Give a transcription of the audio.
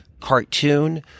cartoon